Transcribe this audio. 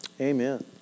Amen